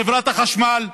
בחברת החשמל,